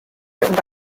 written